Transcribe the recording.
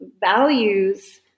values